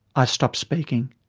i stopped speaking.